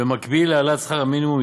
במקביל להעלאת שכר המינימום,